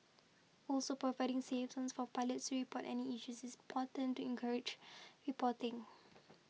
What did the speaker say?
also providing 'safe zones' for pilots report any issues is important to encourage reporting